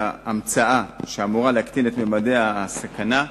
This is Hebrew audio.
ההמצאה שאמורה להקטין את ממדי הסכנה,